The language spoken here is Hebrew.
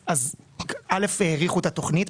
אז א', האריכו את התכנית.